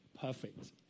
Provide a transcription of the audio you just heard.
perfect